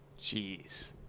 Jeez